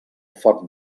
foc